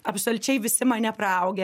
absoliučiai visi mane praaugę